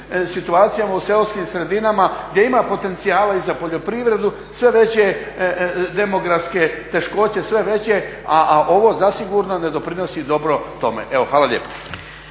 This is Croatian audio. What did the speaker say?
situacijama u seoskim sredinama gdje ima potencijala i za poljoprivredu, sve veće demografske poteškoće, sve veće, a ovo zasigurno ne doprinosi dobro tome. Evo, hvala lijepa.